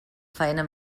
faena